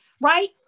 right